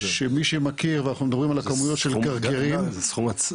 שמי שמכיר ואנחנו מדברים על הכמויות של גרגרים --- זה עצום.